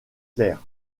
clair